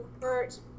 hurt